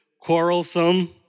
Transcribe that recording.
quarrelsome